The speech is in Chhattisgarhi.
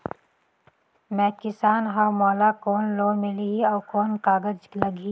मैं किसान हव मोला कौन लोन मिलही? अउ कौन कागज लगही?